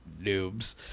noobs